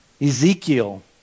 Ezekiel